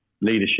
leadership